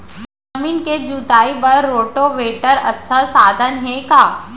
जमीन के जुताई बर रोटोवेटर अच्छा साधन हे का?